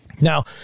Now